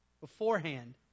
Beforehand